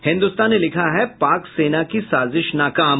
हिन्दुस्तान ने लिखा है पाक सेना की साजिश नाकाम